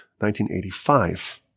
1985